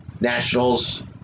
Nationals